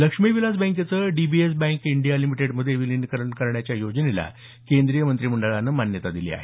लक्ष्मी विलास बँकेचं DBS bank India लिमिटेडमध्ये विलिनीकरण करण्याच्या योजनेला केंद्रीय मंत्रिमंडळान मान्यता दिली आहे